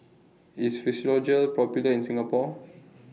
IS Physiogel Popular in Singapore